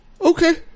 Okay